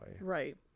Right